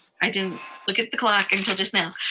i didn't look at the clock until just now.